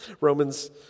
Romans